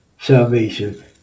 salvation